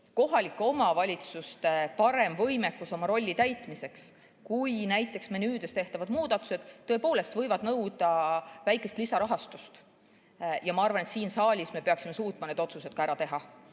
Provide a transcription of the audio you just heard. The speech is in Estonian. kohalike omavalitsuste parem võimekus oma rolli täitmiseks kui ka näiteks menüüdes tehtavad muudatused võivad tõepoolest nõuda väikest lisarahastust. Ma arvan, et siin saalis me peaksime suutma need otsused ära teha.